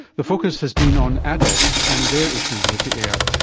the focus has been on adults and their issues with the air.